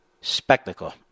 spectacle